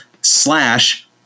slash